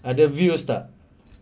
ada viewers tak